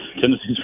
Tennessee's